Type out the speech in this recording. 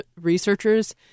researchers